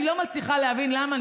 אני לא מצליחה להבין למה.